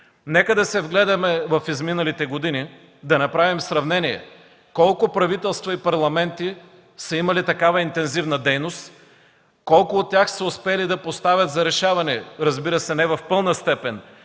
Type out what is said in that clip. Нека да се вгледаме в изминалите години и да направим сравнение – колко правителства и парламенти са имали такава интензивна дейност, колко от тях са успели да поставят за решаване, разбира се, не в пълна степен,